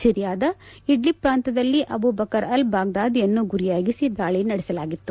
ಸಿರಿಯಾದ Idlib ಪ್ರಾಂತ್ಯದಲ್ಲಿ Abu Bakr al ಬಾಗ್ದಾದಿಯನ್ನು ಗುರಿಯಾಗಿಸಿ ದಾಳಿ ನಡೆಸಲಾಗಿತ್ತು